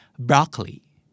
Broccoli